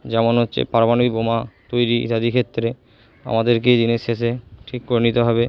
যেমন হচ্ছে পারমাণবিক বোমা তৈরি ইত্যাদির ক্ষেত্রে আমাদেরকেই দিনের শেষে ঠিক করে নিতে হবে